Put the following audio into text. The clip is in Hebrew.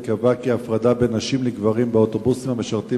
קבעה כי הפרדה בין נשים לגברים באוטובוסים המשרתים